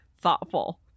Thoughtful